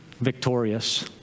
Victorious